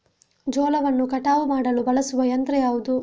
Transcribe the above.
ಜೋಳವನ್ನು ಕಟಾವು ಮಾಡಲು ಬಳಸುವ ಯಂತ್ರ ಯಾವುದು?